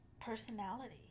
personality